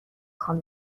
خوام